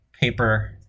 paper